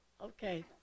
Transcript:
okay